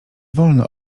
wolno